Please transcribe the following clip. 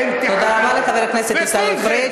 אינתה, תודה רבה לחבר הכנסת פריג'.